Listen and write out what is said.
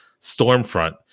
stormfront